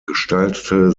gestaltete